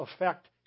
effect